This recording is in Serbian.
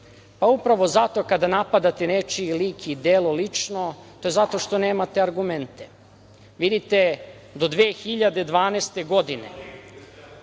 Upravo zato kada napadate nečiji lik i delo lično to je zato što nemate argumente. Vidite, do 2012. godine